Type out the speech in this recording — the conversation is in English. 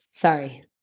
sorry